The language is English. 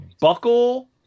Buckle